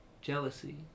jealousy